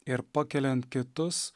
ir pakeliant kitus